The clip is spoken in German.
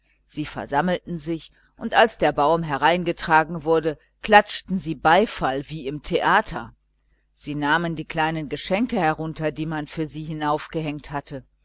sie versammelten sich und als der baum hineingetragen wurde klatschten sie beifall wie im theater sie nahmen die kleinen geschenke herunter die man für sie hinaufgehängt hatte